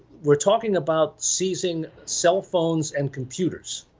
we're talking about seizing cell phones and computers.